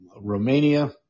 Romania